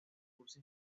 curso